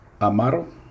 Amaro